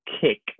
kick